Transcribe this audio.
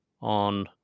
on